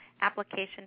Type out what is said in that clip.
application